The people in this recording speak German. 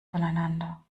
voneinander